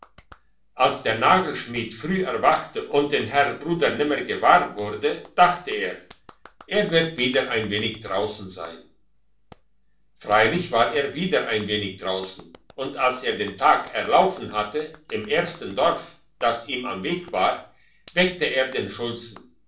als der nagelschmied früh erwachte und den herr bruder nimmer gewahr wurde dachte er er wird wieder ein wenig draussen sein freilich war er wieder ein wenig draussen und als er den tag erlaufen hatte im ersten dorf das ihm am weg war weckte er den schulzen